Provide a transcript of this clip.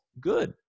good